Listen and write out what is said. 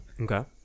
okay